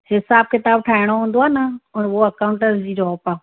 हिसाब किताब ठाहिणो हूंदो आहे न हूअ अकाउंटर जी जॉब आहे